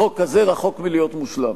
החוק הזה רחוק מלהיות מושלם.